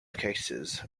cases